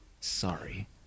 Sorry